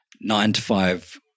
nine-to-five